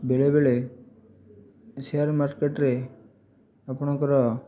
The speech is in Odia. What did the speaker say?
ବେଳେ ବେଳେ ସେୟାରମାର୍କେଟରେ ଆପଣଙ୍କର